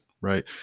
right